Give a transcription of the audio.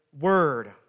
word